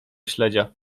śledzia